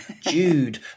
Jude